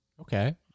Okay